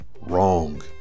wrong